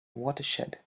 watershed